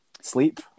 Sleep